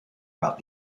about